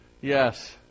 Yes